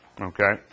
Okay